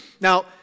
Now